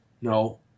No